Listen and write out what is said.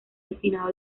destinado